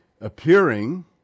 appearing